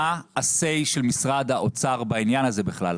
מה הסיי של משרד האוצר בעניין הזה בכלל?